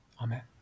amen